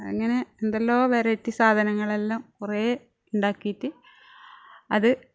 അങ്ങനെ എന്തെല്ലാം വെറൈറ്റി സാധനങ്ങളെല്ലാം കുറെ ഉണ്ടാക്കിട്ട് അത്